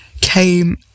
came